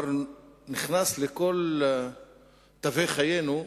שנכנס כבר לכל תחומי חיינו,